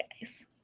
guys